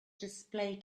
display